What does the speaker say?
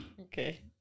okay